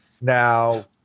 Now